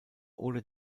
oder